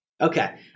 okay